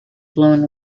blown